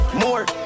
more